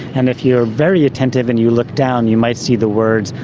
and if you are very attentive and you look down, you might see the words,